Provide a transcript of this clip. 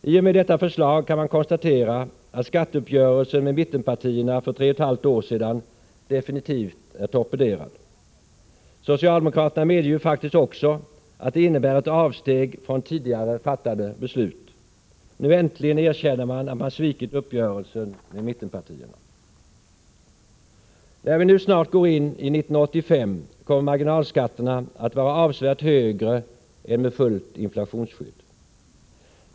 I och med att detta förslag lagts fram kan man konstatera att skatteuppgörelsen med mittenpartierna för tre och ett halvt år sedan definitivt är torpederad. Socialdemokraterna medger ju faktiskt också att det innebär ett avsteg från tidigare fattade beslut. Nu äntligen erkänner man att man svikit uppgörelsen med mittenpartierna. När vi nu snart går in i 1985 kommer marginalskatterna att vara avsevärt högre än med fullt inflationsskydd.